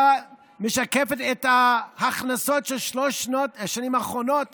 משקפת את ההכנסות של שלוש השנים האחרונות